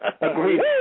Agreed